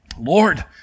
Lord